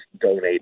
donate